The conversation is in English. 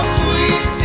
sweet